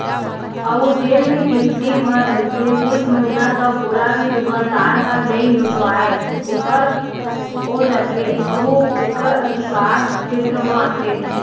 अउ जेन भी किस्ती भर रहिथे कुछ महिना तक ओला भी दुकानदार ह नइ लहुटाय ओखर हो जाथे यहू ओखर अधिकार छेत्र म आथे